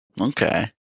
Okay